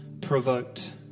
provoked